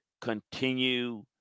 continue